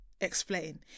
explain